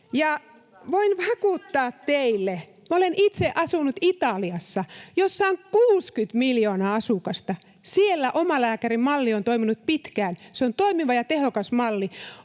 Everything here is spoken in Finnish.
Voin vakuuttaa teille: Olen itse asunut Italiassa, jossa on 60 miljoonaa asukasta. Siellä omalääkärimalli on toiminut pitkään. Se on toimiva ja tehokas malli.